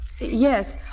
Yes